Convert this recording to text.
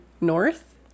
north